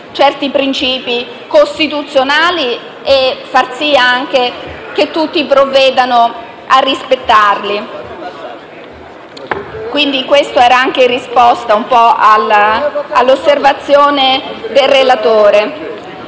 certi principi costituzionali e far sì anche che tutti provvedano a rispettarli. Dico questo anche per rispondere all'osservazione del relatore.